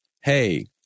hey